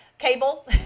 cable